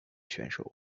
选手